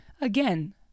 Again